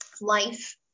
life